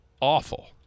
awful